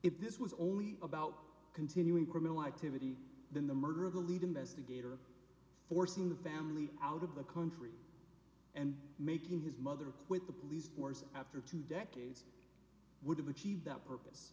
if this was only about continuing criminal activity then the murder of the lead investigator forcing the family out of the country and making his mother quit the police force after two decades would have achieved that purpose